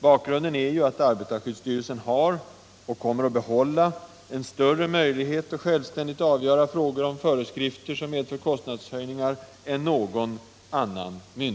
Bakgrunden är ju att arbetarskyddsstyrelsen har och kommer att behålla större möjlighet än någon annan myndighet att självständigt avgöra frågor om föreskrifter som medför kostnadshöjningar.